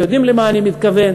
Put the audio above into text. כי יודעים למה אני מתכוון,